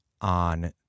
on